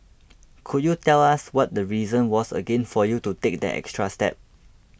could you tell us what the reason was again for you to take that extra step